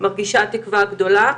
מרגישה תקווה הגדולה.